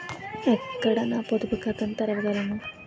ఎక్కడ నా పొదుపు ఖాతాను తెరవగలను?